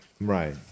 Right